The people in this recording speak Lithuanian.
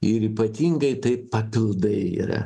ir ypatingai tai papildai yra